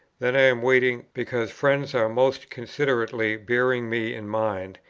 then i am waiting, because friends are most considerately bearing me in mind,